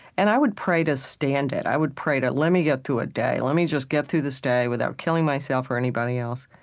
and i would pray to stand it i would pray to let me get through a day. let me just get through this day without killing myself or anybody else.